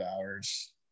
hours